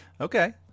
Okay